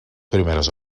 primeres